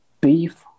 Beef